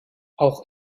auch